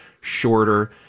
shorter